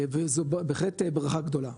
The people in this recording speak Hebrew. וזו בהחלט ברכה גדולה.